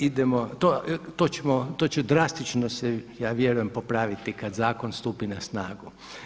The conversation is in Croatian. Idemo, to će drastično se ja vjerujem popraviti kad zakon stupi na snagu.